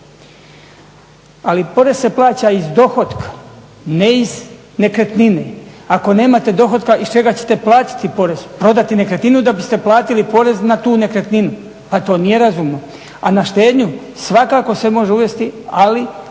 Ali porez se plaća iz dohotka ne iz nekretnine. Ako nemate dohotka iz čega ćete platiti porez, prodati nekretninu da biste platili porez na tu nekretninu, a to nije razumno. A na štednju svakako se može uvesti, ali